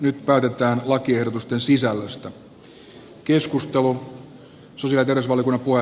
nyt päätetään lakiehdotusten sisällöstä